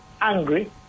angry